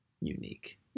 unique